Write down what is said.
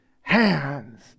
hands